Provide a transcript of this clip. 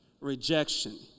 Rejection